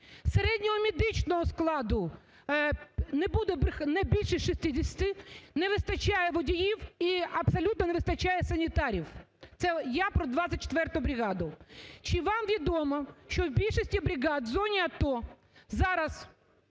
середньомедичного складу, не буду брехати… не більше 60, не вистачає водіїв і абсолютно не вистачає санітарів. Це я про 24-у бригаду. Чи вам відомо, що в більшості бригад в зоні АТО зараз